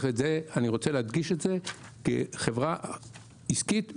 את זה אני רוצה להדגיש, כי זאת חברה עסקית מעולה.